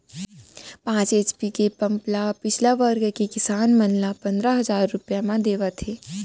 पांच एच.पी के पंप ल पिछड़ा वर्ग के किसान मन ल पंदरा हजार रूपिया म देवत हे